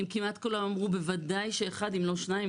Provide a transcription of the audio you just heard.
הם כמעט כולם אמרו 'בוודאי שאחד אם לא שניים,